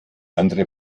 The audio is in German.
anderen